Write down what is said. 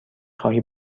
خواهی